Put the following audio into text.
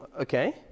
Okay